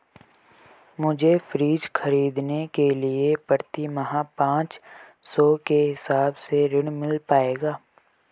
मुझे फ्रीज खरीदने के लिए प्रति माह पाँच सौ के हिसाब से ऋण मिल पाएगा?